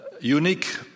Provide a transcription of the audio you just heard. Unique